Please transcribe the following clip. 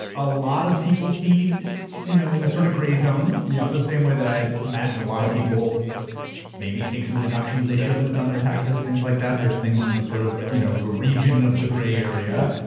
a lot of people speed you know in a sort of gray zone-jesse eisinger yeah. the same way that i ah imagine a lot of people maybe take some deductions they shouldn't on their taxes, things like that. there's things in the sort of you know the region of the gray area,